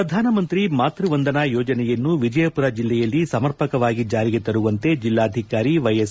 ಪ್ರಧಾನಮಂತ್ರಿ ಮಾತ್ಸವಂದನಾ ಯೋಜನೆಯನ್ನು ವಿಜಯಪುರ ಜಿಲ್ಲೆಯಲ್ಲಿ ಸಮಪರ್ಕವಾಗಿ ಜಾರಿಗೆ ತರುವಂತೆ ಜಿಲ್ಲಾಧಿಕಾರಿ ವ್ಯೆಎಸ್